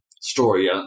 story